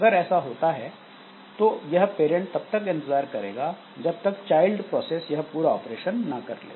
अगर ऐसा होता है तो यह पेरेंट तब तक इंतजार करेगा जब तक चाइल्ड प्रोसेस यह पूरा ऑपरेशन ना कर ले